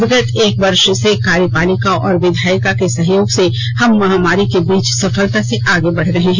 विगत एक वर्ष से कार्यपालिका और विधायिका के सहयोग से हम महामारी के बीच सफलता से आगे बढ़ रहे हैं